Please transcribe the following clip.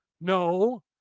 no